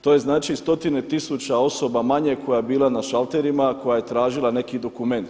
To je znači stotine tisuća osoba manje koja je bila na šalterima, koja je tražila neki dokument.